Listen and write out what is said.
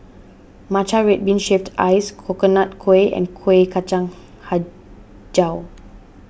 Matcha Red Bean Shaved Ice Coconut Kuih and Kueh Kacang HiJau